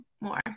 more